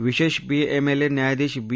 विशेष पीएमएलए न्यायाधीश वी